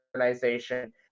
organization